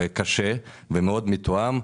וקשה ומאוד מתואם.